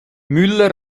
müller